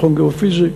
מכון גיאו-פיזי.